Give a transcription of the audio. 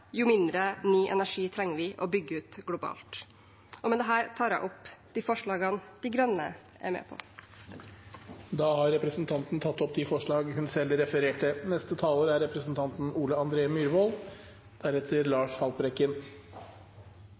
jo mindre ny energi trenger vi å bygge ut globalt. Med dette tar jeg opp de forslagene De Grønne er med på. Representanten Une Bastholm har tatt opp de forslagene hun refererte